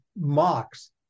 mocks